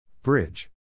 Bridge